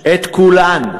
את כולן,